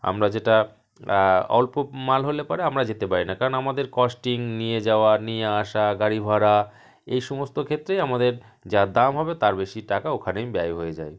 আমরা যেটা অল্প মাল হলে পরে আমরা যেতে পারি না কারণ আমাদের কস্টিং নিয়ে যাওয়া নিয়ে আসা গাড়ি ভাড়া এই সমস্ত ক্ষেত্রে আমাদের যা দাম হবে তার বেশি টাকা ওখানেই ব্যয় হয়ে যায়